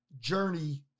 journey